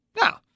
Now